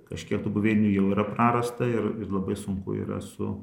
kažkiek tų buveinių jau yra prarasta ir labai sunku yra su